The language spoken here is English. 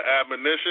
admonition